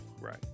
Right